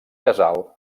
casal